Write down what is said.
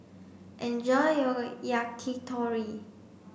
enjoy your Yakitori